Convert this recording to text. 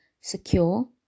secure